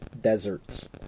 deserts